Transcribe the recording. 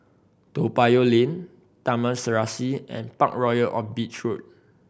Toa Payoh Lane Taman Serasi and Parkroyal on Beach Road